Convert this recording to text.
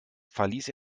verließ